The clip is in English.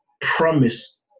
promise